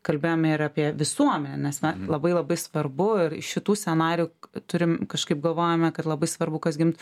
kalbėjome ir apie visuomenę nes na labai labai svarbu ir šitų scenarijų turim kažkaip galvojame kad labai svarbu kas gimt